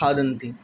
खादन्ति